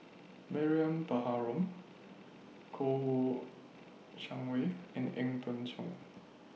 Mariam Baharom Kouo Shang Wei and Ang Peng Siong